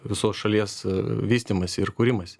visos šalies vystymąsi ir kūrimąsi